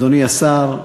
אדוני השר,